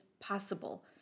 possible